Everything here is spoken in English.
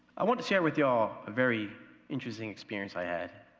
i want to share with y'all a very interesting experience i had.